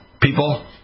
people